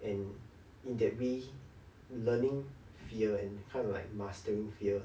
and in that way learning fear and try to like mastering fear